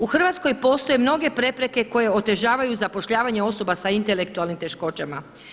U Hrvatskoj postoje mnoge prepreke koje otežavaju zapošljavanje osoba sa intelektualnim teškoćama.